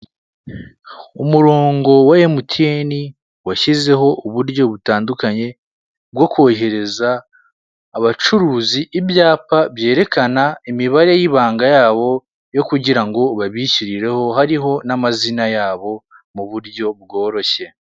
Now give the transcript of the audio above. Umurongo wa mtn washyizeho uburyo butandukanye bwo kohereza abacuruzi ibyapa byerekana imibare y'ibanga yabo yo kugira ngo babishyirireho hariho n'amazina yabo mu buryo bworoshye.